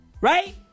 Right